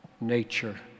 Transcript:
nature